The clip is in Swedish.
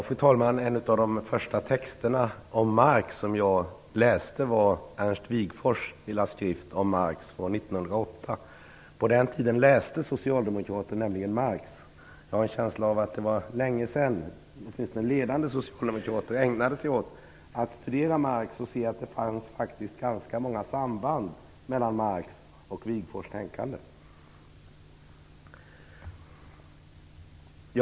Fru talman! En av de första texterna om Marx som jag läste var Ernst Wigforss lilla skrift om Marx från 1908. På den tiden läste Socialdemokraterna nämligen Marx. Jag har en känsla av att det var länge sedan som åtminstone ledande socialdemokrater ägnade sig åt att studera Marx och se att det faktiskt fanns ganska många samband mellan Marx och Wigforss tänkande.